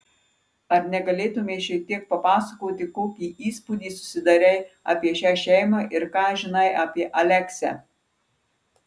ar negalėtumei šiek tiek papasakoti kokį įspūdį susidarei apie šią šeimą ir ką žinai apie aleksę